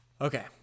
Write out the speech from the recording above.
okay